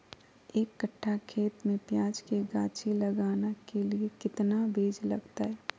एक कट्ठा खेत में प्याज के गाछी लगाना के लिए कितना बिज लगतय?